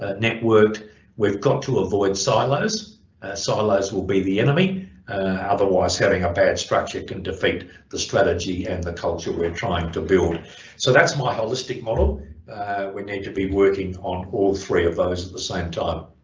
ah networked we've got to avoid silos silos will be the enemy otherwise having a bad structure can defeat the strategy and the culture we're trying to build so that's my holistic model we need to be working on all three of those at the same time.